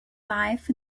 life